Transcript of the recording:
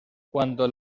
cuando